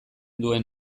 duen